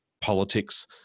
politics